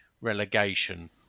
relegation